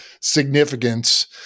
significance